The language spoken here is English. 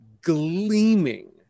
gleaming